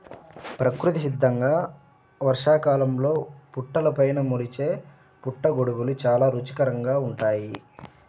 ప్రకృతి సిద్ధంగా వర్షాకాలంలో పుట్టలపైన మొలిచే పుట్టగొడుగులు చాలా రుచికరంగా ఉంటాయి